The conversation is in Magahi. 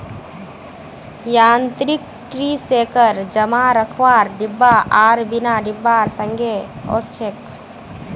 यांत्रिक ट्री शेकर जमा रखवार डिब्बा आर बिना डिब्बार संगे ओसछेक